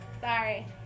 Sorry